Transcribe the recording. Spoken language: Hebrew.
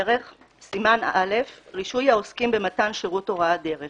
סימן א': רישוי העוסקים במתן שירות הוראת דרך